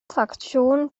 fraktion